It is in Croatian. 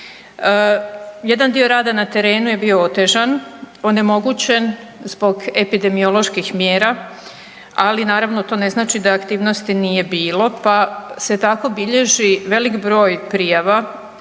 Jedan dio rada na terenu je bio otežan, onemogućen zbog epidemioloških mjera, ali naravno to ne znači da aktivnosti nije bilo pa se tako bilježi velik broj prijava